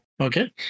okay